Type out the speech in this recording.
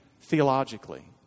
theologically